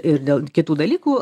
ir dėl kitų dalykų